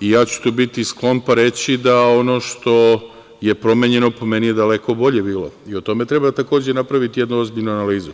i tu ću biti sklon pa reći da ono što je promenjeno, po meni je daleko bolje bilo i o tome treba takođe napraviti jednu ozbiljnu analizu.